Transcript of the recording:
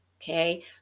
Okay